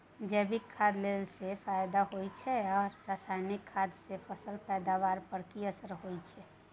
जैविक खाद देला सॅ की फायदा होयत अछि आ रसायनिक खाद सॅ फसल के पैदावार पर की असर होयत अछि?